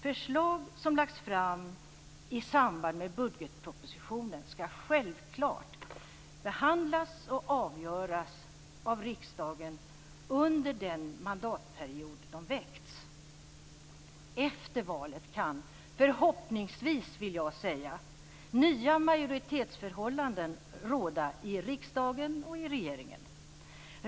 Förslag som lagts fram i samband med budgetpropositionen skall självklart behandlas och avgöras av riksdagen under den mandatperiod de väckts. Efter valet kan, förhoppningsvis vill jag säga, nya majoritetsförhållanden råda i riksdagen och i regeringen.